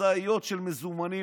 משאיות של מזומנים.